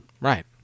Right